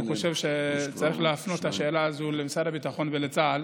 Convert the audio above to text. אני חושב שצריך להפנות את השאלה הזו למשרד הביטחון ולצה"ל.